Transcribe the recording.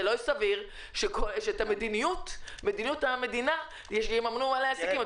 לא סביר שאת המדיניות של הממשלה יממנו בעלי העסקים.